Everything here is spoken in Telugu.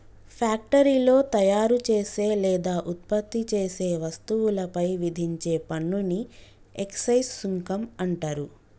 ఫ్యాక్టరీలో తయారుచేసే లేదా ఉత్పత్తి చేసే వస్తువులపై విధించే పన్నుని ఎక్సైజ్ సుంకం అంటరు